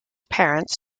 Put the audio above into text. parents